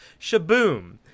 Shaboom